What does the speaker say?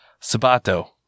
Sabato